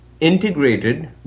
integrated